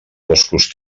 boscos